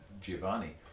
giovanni